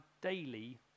daily